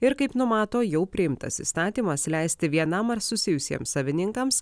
ir kaip numato jau priimtas įstatymas leisti vienam ar susijusiems savininkams